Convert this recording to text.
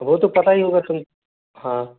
वो तो पता ही होगा तुम हाँ